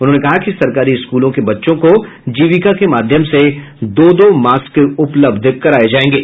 उन्होंने कहा कि सरकारी स्कूलों के बच्चों को जीविका के माध्यम से दो दो मास्क मुफ्त दिये जायेंगे